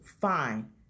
Fine